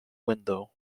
window